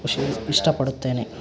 ಖುಷಿ ಇಷ್ಟಪಡುತ್ತೇನೆ